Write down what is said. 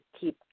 keep